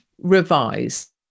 revised